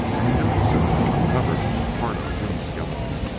and in doing so uncovered part of a human skeleton.